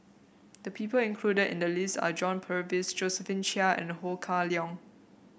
the people included in the list are John Purvis Josephine Chia and Ho Kah Leong